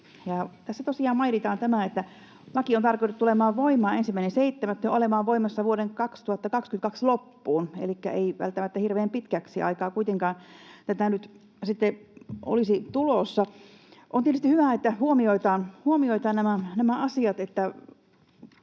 laki on tarkoitettu tulemaan voimaan 1.7. ja olemaan voimassa vuoden 2022 loppuun, elikkä ei välttämättä hirveän pitkäksi aikaa kuitenkaan tätä nyt sitten olisi tulossa. On tietysti hyvä, että huomioidaan, että